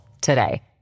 today